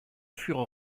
furent